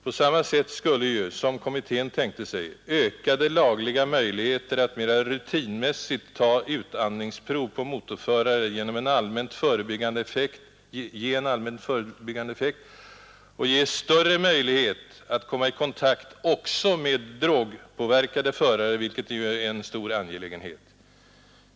På samma sätt skulle, som kommittén tänkt sig, lagliga möjligheter att mera rutinmässigt ta utandningsprov på motorförare ge en allmänt förebyggande effekt och ge större möjligheter att komma i kontakt också med drogpåverkade förare vilket är en stor angelägenhet.